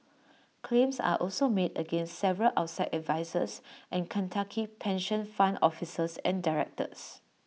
claims are also made against several outside advisers and Kentucky pension fund officers and directors